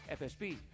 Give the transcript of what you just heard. FSB